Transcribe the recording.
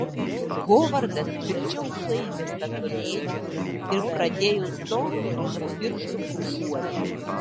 hovardas tvirčiau suėmė statulėlę ir pradėjo storu trumpu pirštu brūžuoti